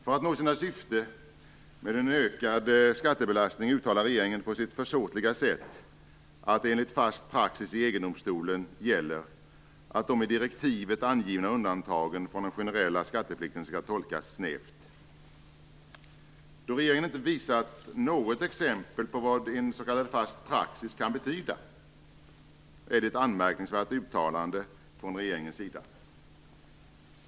För att nå sitt syfte med en ökad skattebelastning uttalar regeringen på sitt försåtliga sätt att enligt fast praxis i EG-domstolen gäller att de i direktivet angivna undantagen från den generella skatteplikten skall tolkas snävt. Då regeringen inte visar något exempel på vad en s.k. fast praxis kan betyda är det ett anmärkningsvärt uttalande från regeringens sida.